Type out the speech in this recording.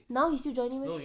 now he still joining meh